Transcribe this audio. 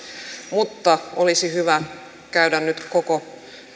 mutta olisi hyvä käydä nyt koko